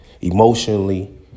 emotionally